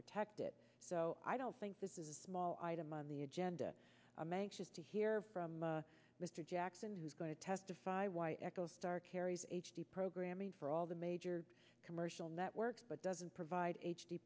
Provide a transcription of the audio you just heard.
protect it so i don't think this is a small item on the agenda i'm anxious to hear from mr jackson who's going to testify why echostar carries h d programming for all the major commercial networks but doesn't provide h